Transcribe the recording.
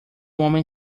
homem